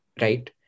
right